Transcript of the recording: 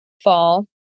fall